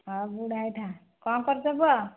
ହଁ ବୁଢ଼ା ହେଇଥା କ'ଣ କରୁଛ ପୁଅ